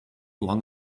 long